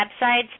websites